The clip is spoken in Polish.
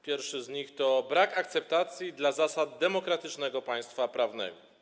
Pierwszy z nich: Brak akceptacji dla zasad demokratycznego państwa prawnego.